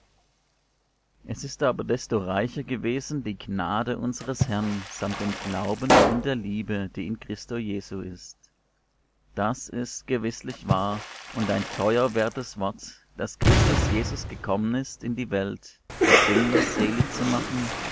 es ist aber desto reicher gewesen die gnade unsers herrn samt dem glauben und der liebe die in christo jesu ist das ist gewißlich wahr und ein teuer wertes wort daß christus jesus gekommen ist in die welt die sünder selig zu machen